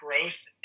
growth